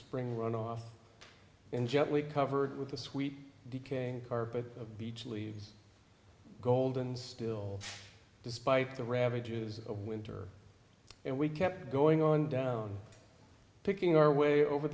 spring runoff in gently covered with the sweet decaying carpet of beach leaves goldens still despite the ravages of winter and we kept going on down picking our way over